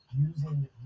using